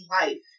life